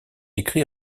écrit